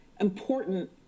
important